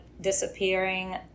disappearing